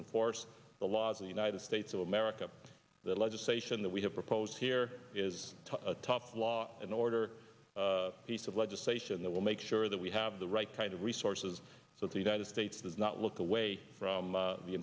enforce the laws of the united states of america the legislation that we have proposed here is a top law and order piece of legislation that will make sure that we have the right kind of resources so the united states does not look away a from